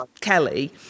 Kelly